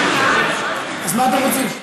אז מה אתם רוצים,